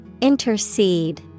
Intercede